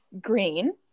green